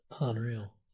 Unreal